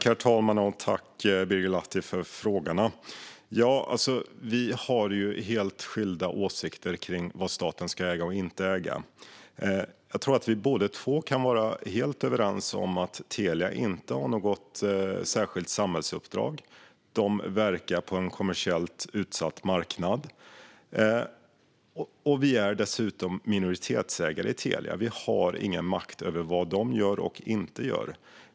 Herr talman! Tack, Birger Lahti, för frågorna! Vi har helt skilda åsikter om vad staten ska äga och inte äga. Jag tror att vi båda två kan vara helt överens om att Telia inte har något särskilt samhällsuppdrag. De verkar på en kommersiellt utsatt marknad. Staten är dessutom minoritetsägare i Telia. Vi har ingen makt över vad de gör och inte gör.